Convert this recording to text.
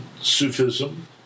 Sufism